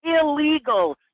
illegal